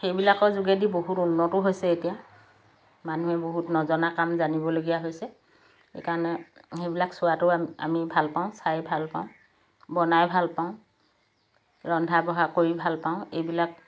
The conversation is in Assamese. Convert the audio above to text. সেইবিলাকৰ যোগেদি বহুত উন্নতো হৈছে এতিয়া মানুহে বহুত নজনা কাম জানিবলগীয়া হৈছে সেইকাৰণে সেইবিলাক চোৱাটো আমি ভাল পাওঁ চাই ভাল পাওঁ বনাই ভাল পাওঁ ৰন্ধা বঢ়া কৰি ভাল পাওঁ এইবিলাক